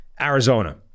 Arizona